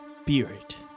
spirit